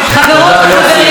חברות וחברים,